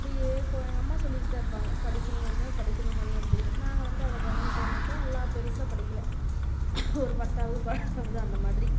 அப்படியே எங்கள் அம்மா சொல்லிட்டுதான் இருப்பாங்க படிக்கணு கண்ணு படிக்கணு கண்ணு அப்படின்னு நாங்கள் வந்து அதை கவனிக்காமல் விட்டோம் எல்லா பெருசாக படிக்கலை ஒரு பத்தாவது பன்னண்டாவது அந்த மாதிரி